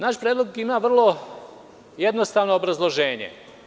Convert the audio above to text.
Naš predlog ima vrlo jednostavno obrazloženje.